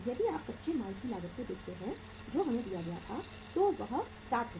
यदि आप कच्चे माल की लागत को देखते हैं जो हमें दिया गया था तो वह है 60 रु